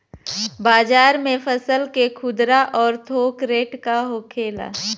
बाजार में फसल के खुदरा और थोक रेट का होखेला?